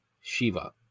Shiva